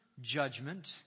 judgment